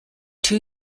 two